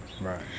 Right